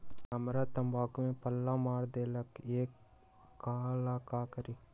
हमरा तंबाकू में पल्ला मार देलक ये ला का करी?